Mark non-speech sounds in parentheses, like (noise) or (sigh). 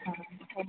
हाँ (unintelligible)